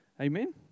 Amen